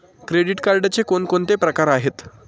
Credit कार्डचे कोणकोणते प्रकार आहेत?